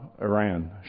Iran